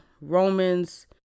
Romans